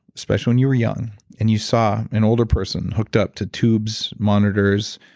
especially when you were young and you saw an older person hooked up to tubes, monitors,